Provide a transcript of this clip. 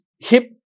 hip